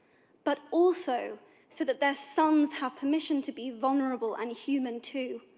but also so that their sons have permission to be vulnerable and human too.